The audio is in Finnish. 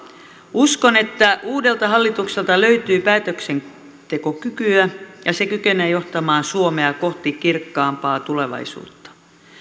uskon että uudelta hallitukselta löytyy päätöksentekokykyä ja se kykenee johtamaan suomea kohti kirkkaampaa tulevaisuutta